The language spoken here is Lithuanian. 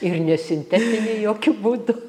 ir nesintetiniai jokiu būdu